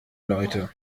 leute